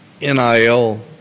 NIL